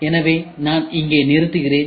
எனவே நான் இங்கே நிறுத்துகிறேன்